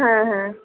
হ্যাঁ হ্যাঁ